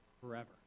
forever